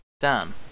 Dan